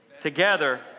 Together